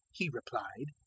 he replied,